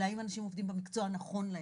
אלא האם אנשים עובדים במקצוע הנכון להם?